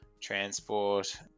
transport